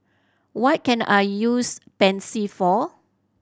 what can I use Pansy for